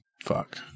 Fuck